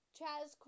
Chaz